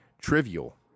trivial